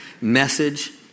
message